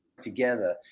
together